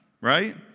right